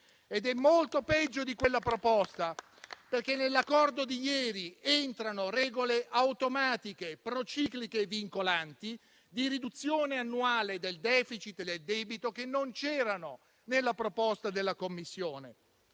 Questo perché nell'accordo di ieri entrano regole automatiche, pro-cicliche e vincolanti di riduzione annuale del *deficit* e del debito che non c'erano nella proposta della Commissione.